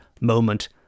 Moment